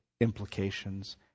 implications